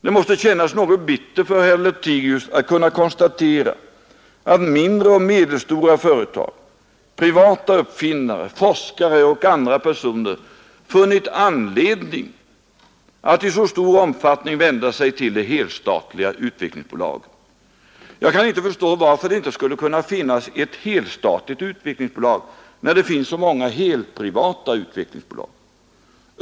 Det måste kännas något bittert för herr Lothigius att kunna konstatera att mindre och medelstora företag, privata uppfinnare, forskare och andra personer funnit anledning att i så stor omfattning vända sig till det helstatliga utvecklingsbolaget. Jag kan inte förstå varför det inte skulle kunna finnas ett helstatligt utvecklingsbolag, när det finns så många helprivata utvecklingsbolag.